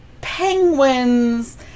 penguins